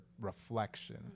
reflection